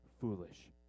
foolish